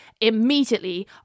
immediately